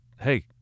hey